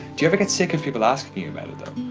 do you ever get sick of people asking you you about it, though?